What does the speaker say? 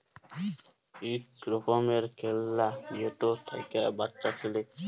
ইক রকমের খেল্লা যেটা থ্যাইকে বাচ্চা খেলে